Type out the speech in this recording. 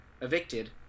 Evicted